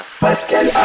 Pascal